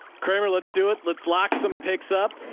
kramer, let's do it. let's lock some picks up.